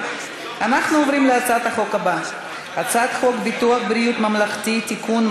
אנחנו עוברים להצעת החוק הבאה: הצעת חוק ביטוח בריאות ממלכתי (תיקון,